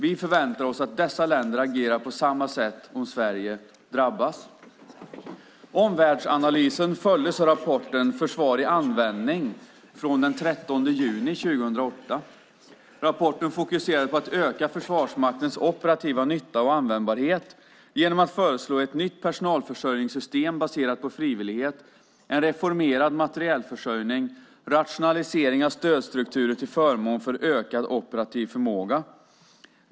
Vi förväntar oss att dessa länder agerar på samma sätt om Sverige drabbas." Omvärldsanalysen följdes av rapporten Försvar i användning från den 13 juni 2008. Rapporten fokuserade på att öka Försvarsmaktens operativa nytta och användbarhet genom att föreslå ett nytt personalförsörjningssystem baserat på frivillighet, en reformerad materielförsörjning och rationalisering av stödstrukturer till förmån för ökad operativ förmåga.